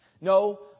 No